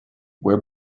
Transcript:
where